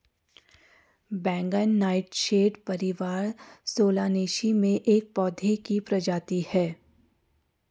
बैंगन नाइटशेड परिवार सोलानेसी में एक पौधे की प्रजाति है